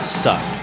suck